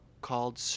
called